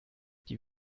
die